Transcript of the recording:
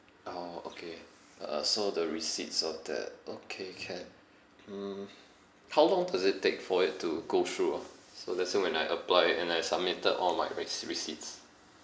orh okay uh so the receipts of that okay can mm how long does it take for it to go through ah so let's say when I apply and I submitted all my res~ receipts